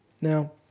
Now